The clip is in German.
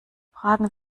fragen